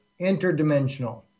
interdimensional